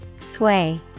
Sway